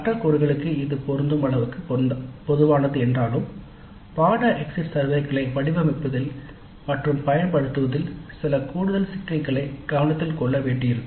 மற்ற கூறுகளுக்கு இது பொருந்தும் அளவுக்கு பொதுவானது என்றாலும் பாடநெறி எக்ஸிட் சர்வேகளை வடிவமைப்பதில் மற்றும் பயன்படுத்துவதில் சில கூடுதல் சிக்கல்களை கவனத்தில் கொள்ள வேண்டியிருக்கும்